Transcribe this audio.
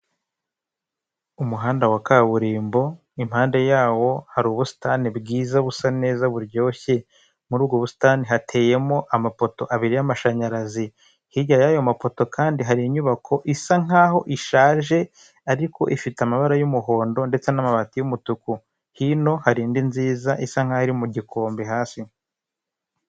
Umuhanda wa kaburimbo impande yawo hari ubusitani bwiza busa neza buryoshye, muri ubwo busitani hateyemo amapoto abiri y'amashanyarazi, hirya y'ayo mapoto kandi hari inyubako isa nkaho ishaje ariko ifite amabara y'umuhondo ndetse n'amabati y'umutuku hino hari indi nziza isa nkaho iri mu gikombe hasi.